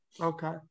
Okay